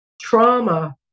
trauma